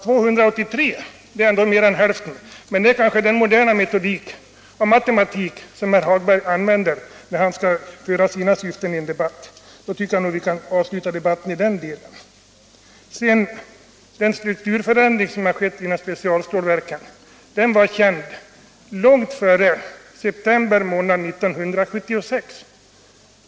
283 är ändock mer än hälften — men det är kanhända någon modern matematik herr Hagberg använder när han skall främja sina syften i en debatt. Jag tycker att vi nu kan avsluta debatten i den delen. Den strukturförändring som nu har skett inom specialstålverken var känd långt före september månad 1976.